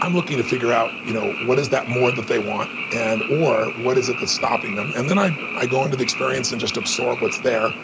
i'm looking to figure out you know what is that more that they want, and or what is it that's stopping them. and then i i go into the experience and just absorb what's there.